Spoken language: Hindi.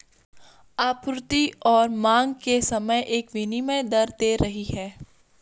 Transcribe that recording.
आपूर्ति और मांग के समय एक विनिमय दर तैर रही है